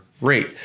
rate